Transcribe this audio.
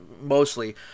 mostly